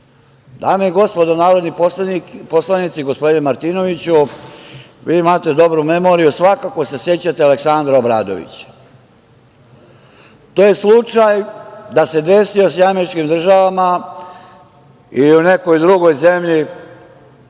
i gospodo narodni poslanici, gospodine Martinoviću, vi imate dobru memoriju, svakako se sećate Aleksandra Obradovića. To je slučaj da se desilo u SAD ili nekoj drugoj zemlji,